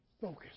focus